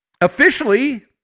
Officially